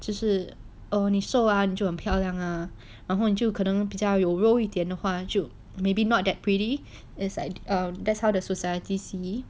这是 oh 你很瘦啊你就很漂亮啊然后你就可能比较有肉一点的话就 maybe not that pretty is like um that's how the society see